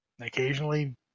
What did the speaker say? occasionally